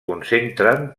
concentren